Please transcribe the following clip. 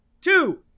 two